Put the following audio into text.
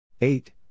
eight